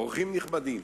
אורחים נכבדים,